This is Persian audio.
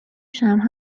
شمع